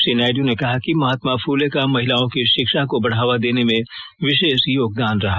श्री नायड् ने कहा कि महात्मा फूले का महिलाओं की शिक्षा को बढावा देने में विशेष योगदान रहा